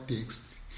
text